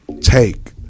take